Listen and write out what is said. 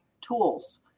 tools